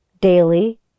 daily